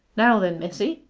now then, missie,